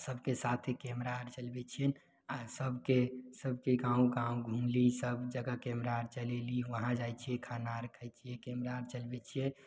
सबके साथ भी कैमरा आर चलबय छी आओर सबके सबके गाँव गाँव घुमली सब जगह कैमरा आर चलयली वहाँ जाइ छियै तऽ खाना आर खाइ छियै कैमरा आर चलबय छियै